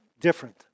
different